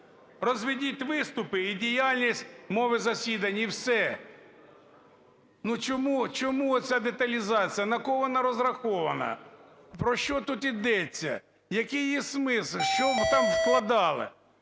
Розведіть виступи і діяльність мови засідань – і все. Ну, чому, чому оця деталізація, на кого вона розрахована? Про що тут йдеться? Який її смисл, що ви там вкладали?